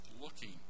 looking